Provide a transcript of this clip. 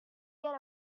get